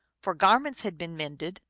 for garments had been mended,